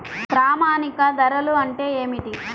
ప్రామాణిక ధరలు అంటే ఏమిటీ?